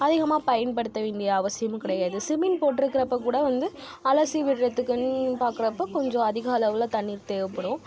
அதிகமாக பயன்படுத்த வேண்டிய அவசியமும் கிடையாது சிமண்ட் போட்ருக்கிறப்ப கூட வந்து அலசி விடுறதுக்குனு பாக்கிறப்ப கொஞ்சம் அதிக அளவில் தண்ணீர் தேவைப்படும்